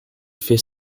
fait